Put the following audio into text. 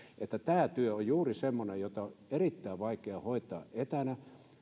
tämä työ on juuri semmoinen jota on erittäin vaikea hoitaa etänä